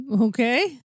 Okay